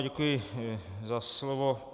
Děkuji za slovo.